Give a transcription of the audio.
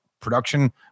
production